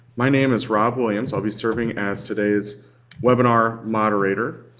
my name is rob williams. i'll be serving as today's webinar moderator.